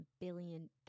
billion